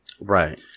Right